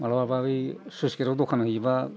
माब्लाबा ओइ स्लुइस गेटाव दखान होयोब्ला